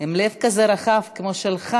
עם לב כזה רחב כמו שלך,